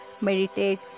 meditate